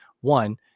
one